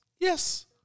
Yes